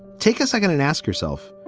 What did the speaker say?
take a second and ask yourself,